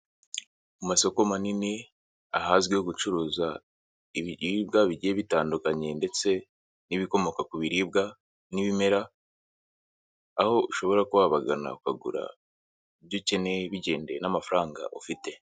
Mu masoko manini ahazwiho gucuruza ibiribwa bigiye bitandukanye ndetse n'ibikomoka ku biribwa n'ibimera, aho ushobora kwabagana ukagura ibyo ukeneye bigendeye n'amafaranga ufite.